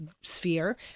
sphere